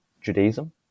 Judaism